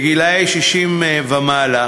גילאי 60 ומעלה,